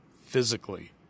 Physically